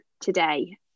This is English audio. today